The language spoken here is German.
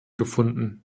gefunden